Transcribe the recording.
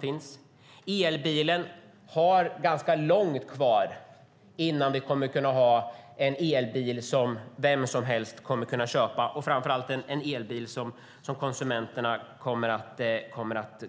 Det kommer att dröja ganska länge innan vi har en elbil som vem som helst kan köpa, och framför allt en elbil som man